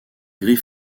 gris